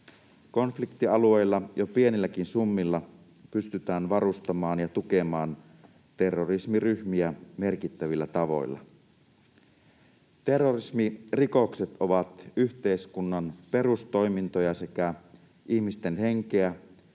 Konfliktialueilla jo pienilläkin summilla pystytään varustamaan ja tukemaan terrorismiryhmiä merkittävillä tavoilla. Terrorismirikokset ovat yhteiskunnan perustoimintoja sekä ihmisten henkeä,